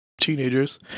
teenagers